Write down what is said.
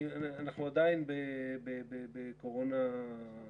נתחיל היום בדיון ראשון שעוסק במעבר בסיסי צה"ל לנגב.